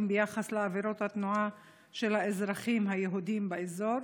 ביחס לעבירות התנועה של האזרחים היהודים באזור?